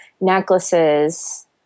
necklaces